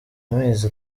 amezi